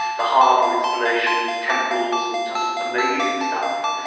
the harbour installations, temples, and just amazing stuff.